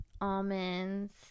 almonds